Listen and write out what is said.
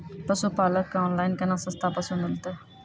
पशुपालक कऽ ऑनलाइन केना सस्ता पसु मिलतै?